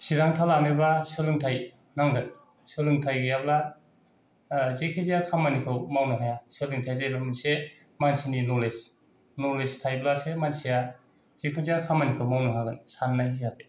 थिरांथा लानोबा सोलोंथाय नांगोन सोलोंथाय गैयाब्ला जेखि जाया खामानिखौ मावनो हाया सोलोंथाया जाबाय मोनसे मानसिनि नलेज नलेज थायोब्लासो मानसिया जिखुनु जाया खामानिखौ मावनो हागोन साननाय हिसाबै